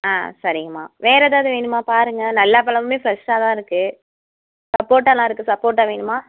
ஆ சரிங்கம்மா வேறு ஏதாவது வேணும்மா பாருங்கள் எல்லா பழமுமே ஃப்ரெஷ்ஷாக தான் இருக்குது சப்போட்டாவெலாம் இருக்குது சப்போட்டா வேணுமா